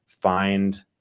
find